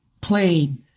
played